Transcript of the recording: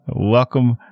Welcome